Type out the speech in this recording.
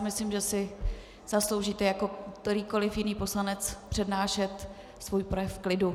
Myslím si, že si zasloužíte jako kterýkoliv jiný poslanec přednášet svůj projev v klidu.